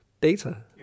data